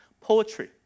Poetry